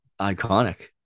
iconic